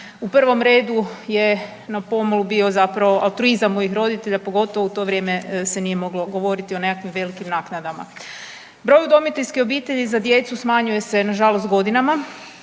U prvom redu je na pomolu bio zapravo altruizam mojih roditelja, pogotovo u to vrijeme se nije moglo govoriti o nekakvim velikim naknadama. Broj udomiteljskih obitelji za djecu smanjuje se nažalost godinama